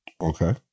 Okay